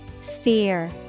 Sphere